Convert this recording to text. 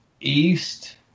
East